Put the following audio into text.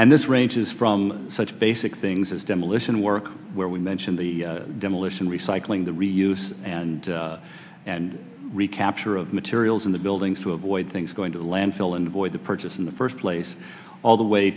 and this ranges from such basic things as demolition work where we mention the demolition recycling the reuse and and recapture of materials in the buildings to avoid things going to the landfill and avoid the purchase in the first place all the way